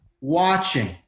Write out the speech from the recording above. watching